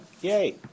Yay